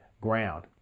ground